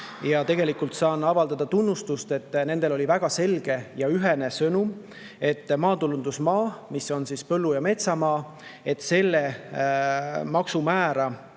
ja tegelikult saan avaldada tunnustust, et nendel oli väga selge ja ühene sõnum, et me maatulundusmaa ehk siis põllu- ja metsamaa maksumäära